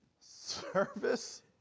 service